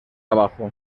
abajo